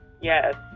Yes